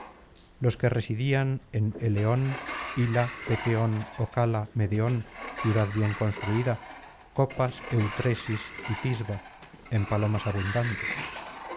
los que residían en elón hila peteón ocalea medeón ciudad bien construida copas eutresis y tisba en palomas abundante